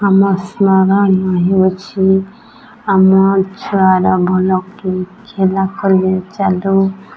ଆମ ସ୍ମରଣୀୟ ହେଉଛି ଆମ ଛୁଆର ଭଲ କି ଖିଲା କଲେ ଚାଲୁ